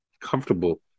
comfortable